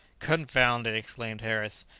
confound it! exclaimed harris,